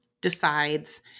decides